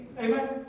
Amen